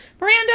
Miranda